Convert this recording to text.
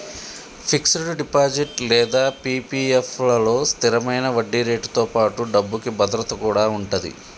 fixed deposit లేదా PPF లలో స్థిరమైన వడ్డీరేటుతో పాటుగా డబ్బుకి భద్రత కూడా ఉంటది